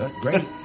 great